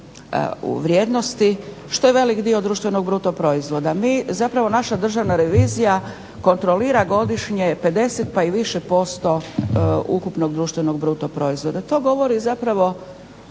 vrijednosti što je velik dio društvenog bruto proizvoda. Zapravo naša Državna revizija kontrolira godišnje 50 pa i više posta ukupnog BDP-a. to govori zapravo